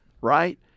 right